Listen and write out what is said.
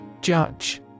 Judge